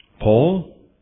Paul